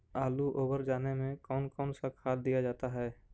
आलू ओवर जाने में कौन कौन सा खाद दिया जाता है?